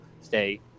Stay